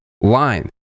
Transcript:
line